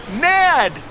Ned